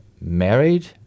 married